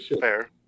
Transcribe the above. fair